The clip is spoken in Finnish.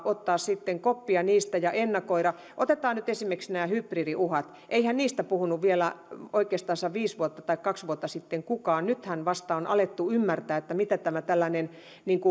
ottaa koppia ja ennakoida otetaan nyt esimerkiksi nämä hybridiuhat eihän niistä puhunut vielä oikeastaan viisi vuotta tai kaksi vuotta sitten kukaan nythän vasta on alettu ymmärtää mitä tämä tällainen